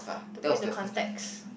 to put into context